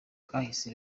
kahise